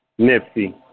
Nipsey